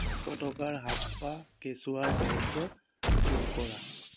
পাঁচশ টকাৰ হাপ্পা কেচুৱাৰ খাদ্য যোগ কৰা